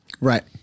right